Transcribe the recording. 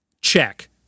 check